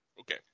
Okay